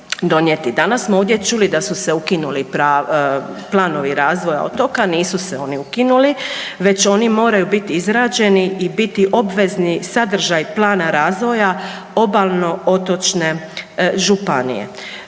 Danas smo ovdje čuli da su se ukinuli planovi razvoja otoka, nisu se oni ukinuli, već oni moraju biti izrađeni i biti obvezni sadržaj plana razvoja obalno otočne županije.